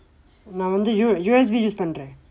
நான் வந்து:naan vandthu U_S_B பண்றேன்:panreen